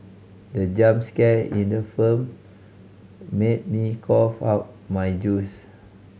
the jump scare in the film made me cough out my juice